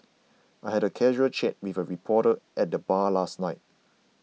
I had a casual chat with a reporter at the bar last night